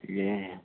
ए